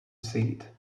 seat